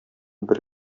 бер